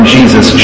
Jesus